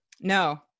No